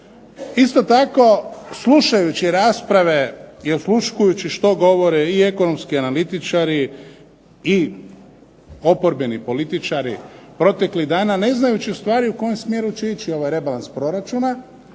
Isto tako, slušajući rasprave i osluškujući što govore i ekonomski analitičari i oporbeni političari proteklih dana, ne znajući ustvari u kojem smjeru će ići ovaj rebalans proračuna,